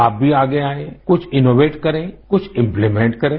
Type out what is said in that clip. आप भी आगे आएं कुछ इन्नोवेट करें कुछ इम्पिलिमेंट करें